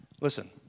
listen